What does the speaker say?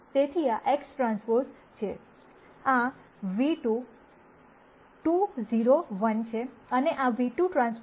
તેથી આ XT છે આ ν₂ 2 0 1 છે